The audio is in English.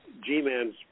G-Man's